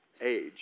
age